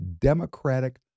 democratic